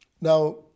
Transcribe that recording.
Now